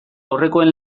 aurrekoen